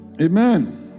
Amen